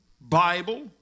Bible